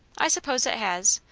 i suppose it has,